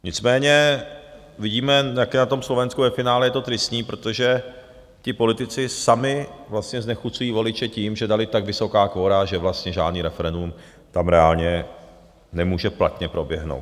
Nicméně vidíme, jaké je to na tom Slovensku ve finále tristní, protože ti politici sami vlastně znechucují voliče tím, že dali tak vysoká kvora a že vlastně žádné referendum tam reálně nemůže platně proběhnout.